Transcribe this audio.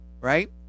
right